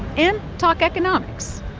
and talk economics.